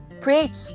Preach